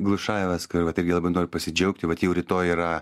glušajevas kur vat irgi labai noriu pasidžiaugti vat jau rytoj yra